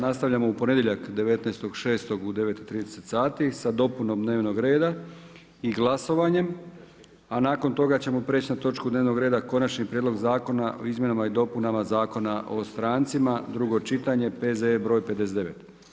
Nastavljamo u ponedjeljak 19.6. u 9,30 sati sa dopunom dnevnog reda i glasovanjem, a nakon toga ćemo prijeći na točku dnevnog reda Konačni prijedlog Zakona o izmjenama i dopunama Zakona o strancima, drugo čitanje, P.Z.E. broj 59.